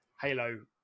halo